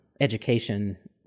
education